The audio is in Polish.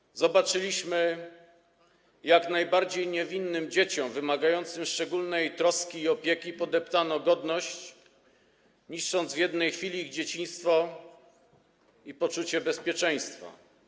Po pierwsze, zobaczyliśmy jak najbardziej niewinnym dzieciom, wymagającym szczególnej troski i opieki, podeptano godność, niszcząc w jednej chwili ich dzieciństwo i poczucie bezpieczeństwa.